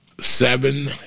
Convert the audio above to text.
Seven